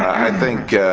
i think